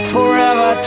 Forever